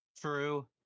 True